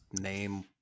name